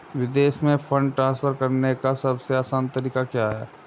विदेश में fund transfer करने का सबसे आसान तरीका क्या है?